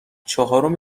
چهارم